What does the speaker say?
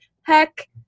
heck